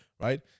right